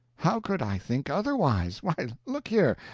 how could i think otherwise? why, look here!